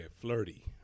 flirty